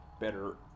better